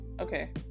okay